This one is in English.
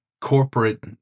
corporate